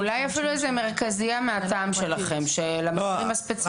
אולי אפילו מטעמכם מרכזיה למקרים הספציפיים.